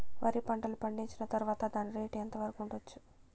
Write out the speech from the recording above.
వరి పంటలు పండించిన తర్వాత దాని రేటు ఎంత వరకు ఉండచ్చు